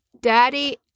Daddy